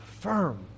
firm